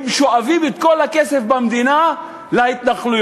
הם שואבים את כל הכסף במדינה להתנחלויות,